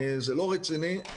זה לא רציני,